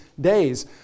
days